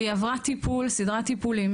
והיא עברה טיפול, סדרת טיפולים.